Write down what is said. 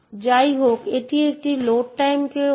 এবং ব্যবহারকারী বা সেই নির্দিষ্ট তালিকার বিষয়কে সরিয়ে ফেলা